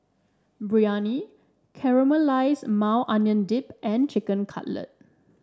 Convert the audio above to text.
Biryani Caramelized Maui Onion Dip and Chicken Cutlet